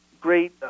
great